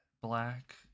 black